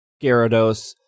Gyarados